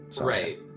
Right